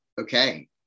Okay